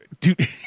Dude